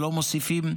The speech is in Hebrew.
ולא מוסיפים.